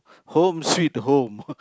home sweet home